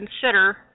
consider